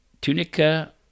tunica